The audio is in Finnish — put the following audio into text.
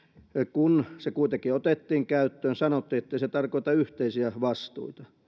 kun se kuitenkin otettiin käyttöön sanoitte ettei se tarkoita yhteisiä vastuita